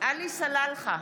עלי סלאלחה,